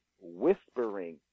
whispering